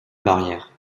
barrière